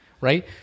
Right